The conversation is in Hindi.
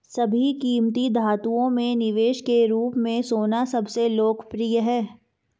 सभी कीमती धातुओं में निवेश के रूप में सोना सबसे लोकप्रिय है